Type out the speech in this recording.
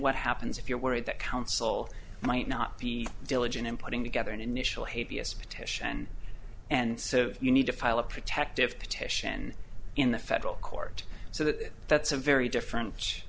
what happens if you're worried that counsel might not be diligent in putting together an initial hate vs a petition and so you need to file a protective petition in the federal court so that that's a very different